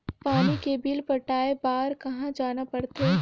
पानी के बिल पटाय बार कहा जाना पड़थे?